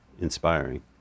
inspiring